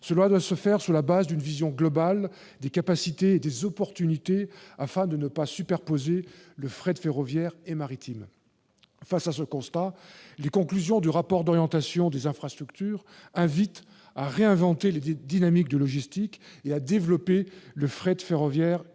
Cela doit se faire sur la base d'une vision globale des capacités et des opportunités, afin de ne pas superposer frets ferroviaire et maritime. Face à ce constat, les conclusions du rapport du Conseil d'orientation des infrastructures invitent à réinventer les dynamiques de logistique et à développer le fret ferroviaire et fluvial.